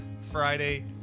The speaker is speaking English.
Friday